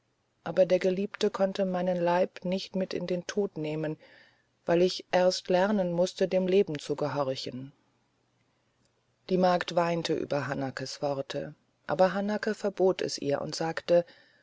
aber der geliebte konnte meinen leib nicht mit in den tod nehmen weil ich erst lernen mußte dem leben zu gehorchen die magd weinte über hanakes worte aber hanake verbot es ihr und sagte